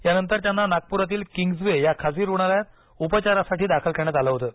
यानंतर त्यांना नागपुरातील किंग्जवे या खासगी रुग्णालयात उपचारासाठी दाखल करण्यात आलं होतं